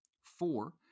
Four